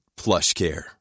PlushCare